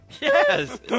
Yes